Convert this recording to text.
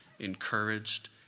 encouraged